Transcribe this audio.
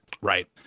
Right